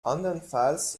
andernfalls